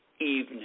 Evening